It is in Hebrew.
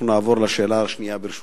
נעבור לשאלה השנייה, ברשותך.